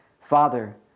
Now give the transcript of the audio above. Father